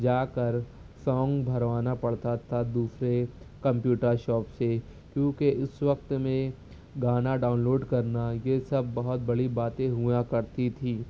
جا کر سونگ بھروانا پڑتا تھا دوسرے کمپیوٹر شاپ سے کیونکہ اس وقت میں گانا ڈاؤن لوڈ کرنا یہ سب بہت بڑی باتیں ہوا کرتی تھی